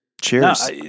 Cheers